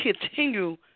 continue